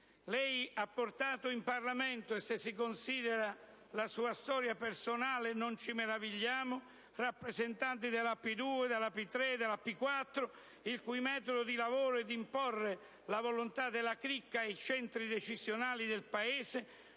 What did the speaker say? Lei ha portato in Parlamento - e se si considera la sua storia personale non ci meravigliamo -rappresentanti della P2, della P3, della P4, il cui metodo di lavoro è di imporre la volontà della cricca ai centri decisionali del Paese